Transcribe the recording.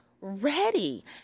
ready